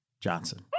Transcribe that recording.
Johnson